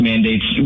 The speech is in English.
Mandates